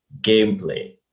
gameplay